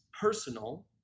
personal